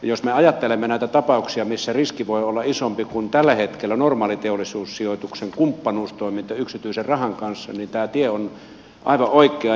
jos me ajattelemme näitä tapauksia missä riski voi olla isompi kuin tällä hetkellä normaalin teollisuussijoituksen kumppanuustoiminta yksityisen rahan kanssa niin tämä tie on aivan oikea